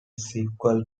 sequel